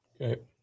Okay